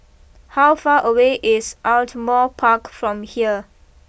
how far away is Ardmore Park from here